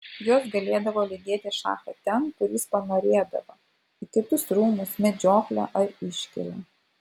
jos galėdavo lydėti šachą ten kur jis panorėdavo į kitus rūmus medžioklę ar iškylą